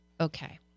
Okay